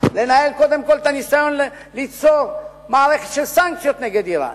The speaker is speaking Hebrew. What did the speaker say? לנהל קודם כול את הניסיון ליצור מערכת של סנקציות נגד אירן.